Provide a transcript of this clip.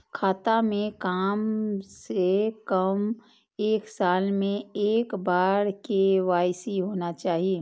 खाता में काम से कम एक साल में एक बार के.वाई.सी होना चाहि?